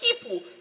people